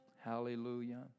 Hallelujah